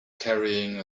carrying